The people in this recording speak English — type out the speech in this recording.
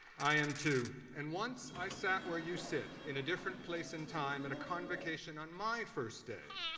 i am, too. and once i sat where you sit, in a different place and time at a convocation on my first day,